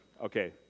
Okay